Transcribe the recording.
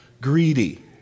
greedy